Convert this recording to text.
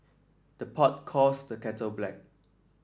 the pot calls the kettle black